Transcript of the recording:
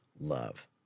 love